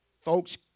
folks